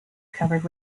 covered